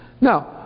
Now